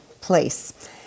place